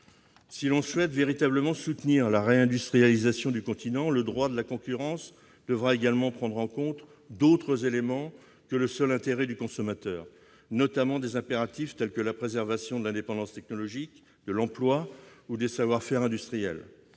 Si l'on souhaite véritablement soutenir la réindustrialisation du continent, le droit de la concurrence devra également prendre en compte d'autres éléments que le seul intérêt du consommateur, notamment des impératifs tels que la préservation de l'indépendance technologique, de l'emploi ou des savoir-faire industriels.